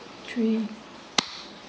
three